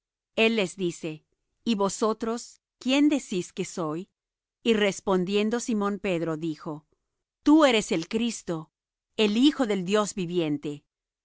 el les dice y vosotros quién decís que soy y respondiendo simón pedro dijo tú eres el cristo el hijo del dios viviente